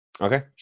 Okay